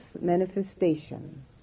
manifestation